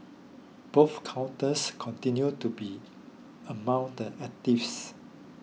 both counters continued to be among the actives